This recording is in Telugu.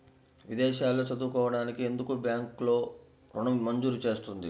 విదేశాల్లో చదువుకోవడానికి ఎందుకు బ్యాంక్లలో ఋణం మంజూరు చేస్తుంది?